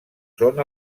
són